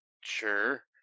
sure